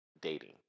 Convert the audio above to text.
dating